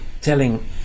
telling